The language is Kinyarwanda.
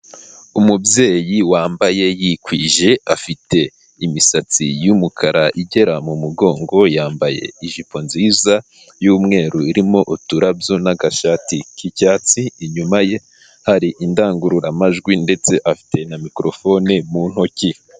Umubyeyi wambaye yikwije afite imisatsi y'umukara igera mu mugongo, yambaye ijipo nziza y'umweru irimo uturarabyo n'agashati k'icyatsi, inyuma ye hari indangururamajwi ndetse afite na mikorofone mu ntoki.